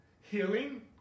healing